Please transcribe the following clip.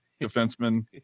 defenseman